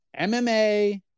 MMA